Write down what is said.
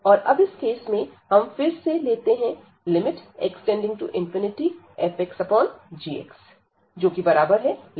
और अब इस केस में हम फिर से लेते हैं x→∞fxgxx→∞x2xx511